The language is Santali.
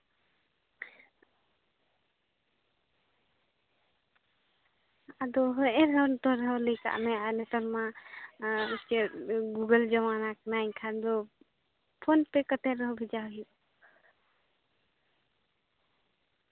ᱟᱫᱚ ᱦᱮᱸᱜᱼᱮ ᱛᱚ ᱦᱚᱨ ᱫᱚᱞᱮ ᱞᱟᱹᱭ ᱠᱟᱜ ᱢᱮ ᱟᱨ ᱱᱮᱛᱟᱨ ᱢᱟ ᱪᱮᱫ ᱜᱩᱜᱩᱞ ᱡᱚᱢᱟᱱᱟ ᱠᱟᱱᱟ ᱮᱱᱠᱷᱟᱱ ᱫᱚ ᱯᱷᱳᱱ ᱛᱮ ᱠᱟᱛᱮ ᱨᱮᱦᱚᱸ ᱵᱷᱮᱡᱟ ᱦᱩᱭᱩᱜᱼᱟ